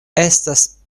estas